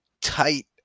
tight